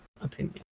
opinion